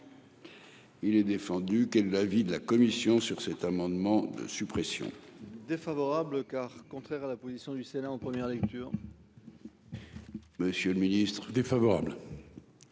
Il est défendu que de l'avis de la commission sur cet amendement de suppression. Défavorable car contraire à la position du Sénat en première lecture. Monsieur le Ministre défavorable.